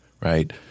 right